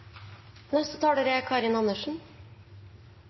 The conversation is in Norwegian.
Neste taler er